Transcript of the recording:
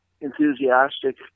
enthusiastic